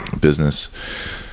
business